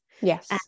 Yes